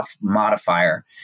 modifier